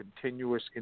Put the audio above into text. continuous